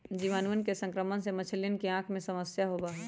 जीवाणुअन के संक्रमण से मछलियन के आँख में समस्या होबा हई